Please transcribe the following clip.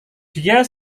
dia